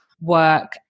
work